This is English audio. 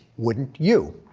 wouldn't you?